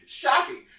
shocking